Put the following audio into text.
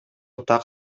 так